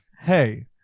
Hey